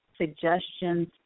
suggestions